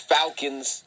Falcons